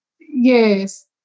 yes